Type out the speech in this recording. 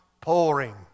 pouring